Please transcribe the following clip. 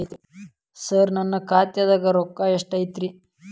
ಸರ ನನ್ನ ಖಾತ್ಯಾಗ ರೊಕ್ಕ ಎಷ್ಟು ಐತಿರಿ?